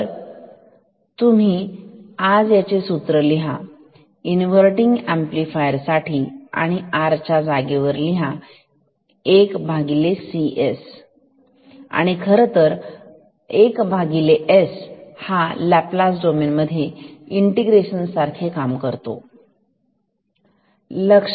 तर तुम्ही याचे सूत्र लिहा इन्वर्तींग अंपलिफायर साठी आणि R च्या जागेवर 1CS लिहा आणि खरतर 1S हा लाप्लास डोमेन मध्ये इंटिग्रेशन सारखा काम करेल